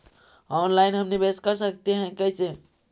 Online हम निवेश कर सकते है, कैसे?